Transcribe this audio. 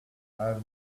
have